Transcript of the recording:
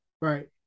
Right